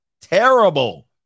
terrible